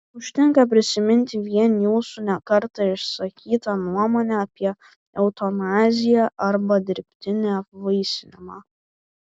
užtenka prisiminti vien jūsų ne kartą išsakytą nuomonę apie eutanaziją arba dirbtinį apvaisinimą